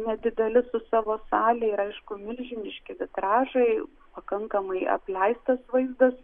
nedideli su savo sale ir aišku milžiniški vitražai pakankamai apleistas vaizdas